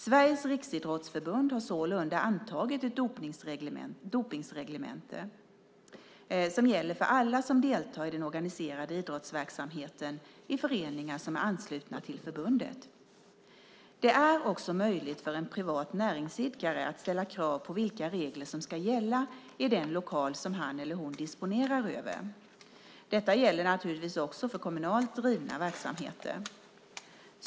Sveriges Riksidrottsförbund har sålunda antagit ett dopningreglemente som gäller för alla som deltar i den organiserade idrottsverksamheten i föreningar som är anslutna till förbundet. Det är också möjligt för en privat näringsidkare att ställa krav på vilka regler som ska gälla i den lokal som han eller hon disponerar över. Detta gäller naturligtvis också för kommunalt drivna verksamheter.